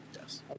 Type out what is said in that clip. Yes